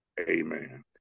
amen